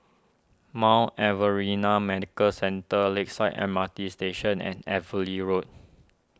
Mount Alvernia Medical Centre Lakeside M R T Station and Evelyn Road